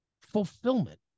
fulfillment